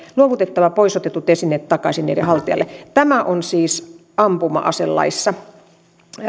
luovutettava pois otetut esineet takaisin niiden haltijalle tämä on siis ampuma aselaissa